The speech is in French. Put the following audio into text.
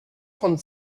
trente